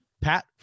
Pat